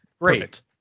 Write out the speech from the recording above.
great